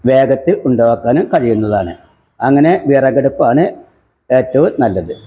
വേഗത്തിൽ ഉണ്ടാക്കാനും കഴിയുന്നതാണ് അങ്ങനെ വിറകടുപ്പാണ് ഏറ്റവും നല്ലത്